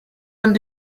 and